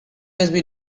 usb